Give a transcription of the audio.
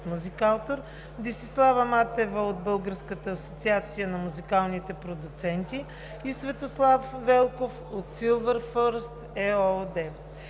от Музикаутор, Десислава Матева от Българската асоциация на музикалните продуценти и Светослав Велков от „Силвър